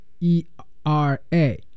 E-R-A